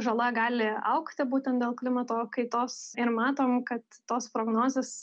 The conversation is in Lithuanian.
žala gali augti būtent dėl klimato kaitos ir matom kad tos prognozės